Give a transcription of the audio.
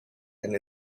and